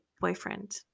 boyfriend